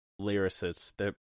lyricists